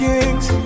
Kings